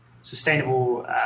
sustainable